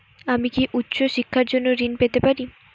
আমি কি উচ্চ শিক্ষার জন্য ঋণ পেতে পারি?